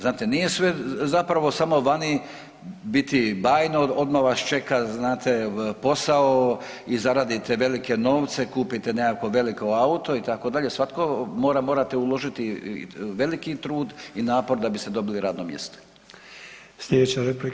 Znate nije sve zapravo samo vani biti bajno, odmah vas čeka znate posao i zaradite velike novce, kupite nekakvo veliko auto itd., svatko mora, morate uložiti veliki trud i napor da biste dobili radno mjesto.